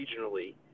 regionally